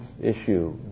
issue